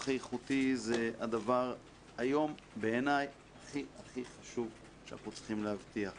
איכותי זה הדבר היום בעיני הכי הכי חשוב שאנחנו צריכים להבטיח.